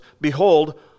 behold